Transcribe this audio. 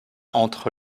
entre